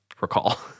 recall